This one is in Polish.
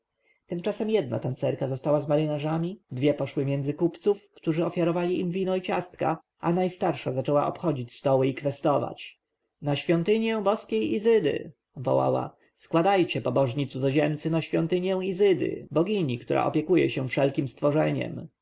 tymczasem jedna tancerka została z marynarzami dwie poszły między kupców którzy ofiarowali im wino i ciastka a najstarsza zaczęła obchodzić stoły i kwestować na świątynię boskiej izydy wołała składajcie pobożni cudzoziemcy na świątynię izydy bogini która opiekuje się wszelkiem stworzeniem